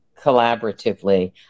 collaboratively